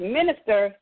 Minister